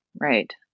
right